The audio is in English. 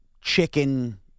chicken